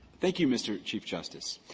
thank you, mr. chief justice.